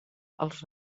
els